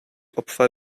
opfer